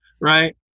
right